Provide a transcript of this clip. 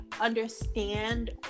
understand